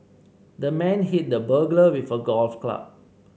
the man hit the burglar with a golf club